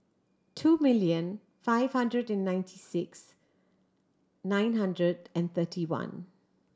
two million five hundred ninety six nine hundred and thirty one